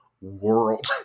world